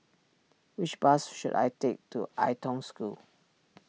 which bus should I take to Ai Tong School